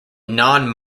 non